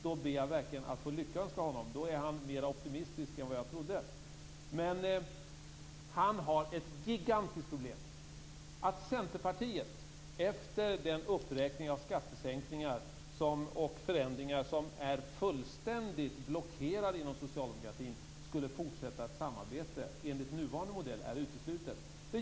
Då ber jag verkligen att få lyckönska honom. I så fall är han mer optimistisk än vad jag trodde. Han har ett gigantiskt problem. Att Centerpartiet efter den uppräkning av skattesänkningar och förändringar som man här gjorde, skattesänkningar och förändringar som är fullständigt blockerade inom socialdemokratin, skulle fortsätta ett samarbete enligt nuvarande modell är uteslutet.